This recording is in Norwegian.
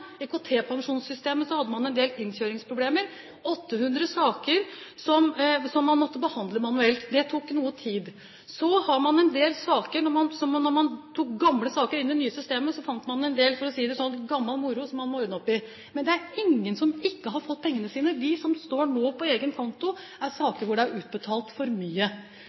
en del innkjøringsproblemer – 800 saker som man måtte behandle manuelt. Det tok noe tid. Da man tok gamle saker inn i det nye systemet, fant man en del «gammel moro», for å si det sånn, som man måtte ordne opp i. Men det er ingen som ikke har fått pengene sine. De som nå står på egen konto, er saker der det er utbetalt for mye.